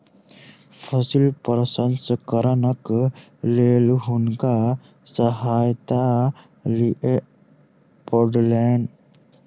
फसिल प्रसंस्करणक लेल हुनका सहायता लिअ पड़लैन